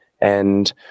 and-